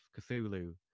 cthulhu